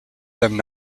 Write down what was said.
them